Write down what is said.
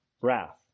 wrath